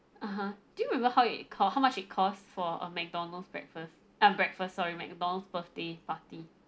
(uh huh) do you remember how it costs how much it costs for a McDonald's breakfast ah breakfast sorry McDonald's birthday party